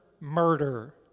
murder